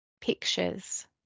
Pictures